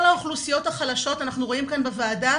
את כל האוכלוסיות החלשות אנחנו רואים פה בוועדה,